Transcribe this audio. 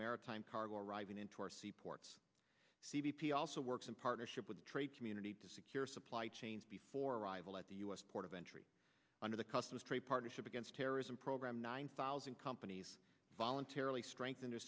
maritime cargo arriving into our seaports c b p also works in partnership with the trade community to secure supply chains before arrival at the u s port of entry under the customs trade partnership against terrorism program nine thousand companies voluntarily strengthen their